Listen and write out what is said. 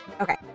Okay